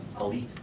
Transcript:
elite